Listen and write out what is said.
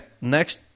next